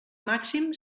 màxim